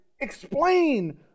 explain